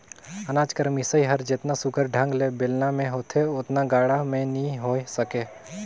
अनाज कर मिसई हर जेतना सुग्घर ढंग ले बेलना मे होथे ओतना गाड़ा मे नी होए सके